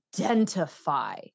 identify